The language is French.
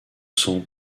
sont